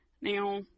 Now